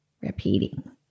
repeating